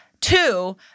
Two